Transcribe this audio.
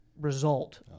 result